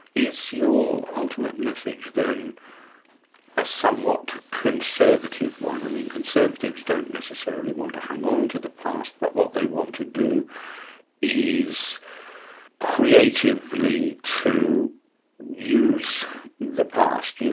is your ultimate message then a somewhat conservative one? i mean, conservatives don't necessarily want to hang on to the past, but what they want to do is creatively to use the past, you